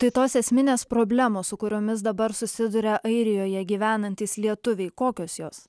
tai tos esminės problemos su kuriomis dabar susiduria airijoje gyvenantys lietuviai kokios jos